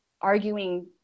arguing